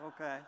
Okay